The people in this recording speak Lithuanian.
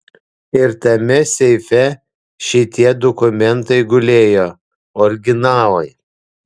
ir tame seife šitie dokumentai gulėjo originalai